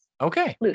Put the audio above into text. Okay